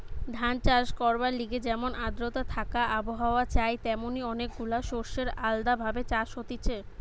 ধান চাষ করবার লিগে যেমন আদ্রতা থাকা আবহাওয়া চাই তেমনি অনেক গুলা শস্যের আলদা ভাবে চাষ হতিছে